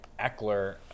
Eckler